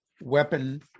weapon